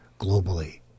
globally